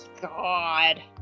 God